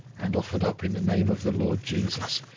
and offered up in the name of the lord jesus,